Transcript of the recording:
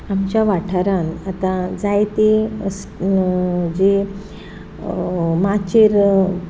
आमच्या वाठारांत आतां जायते जे माचेर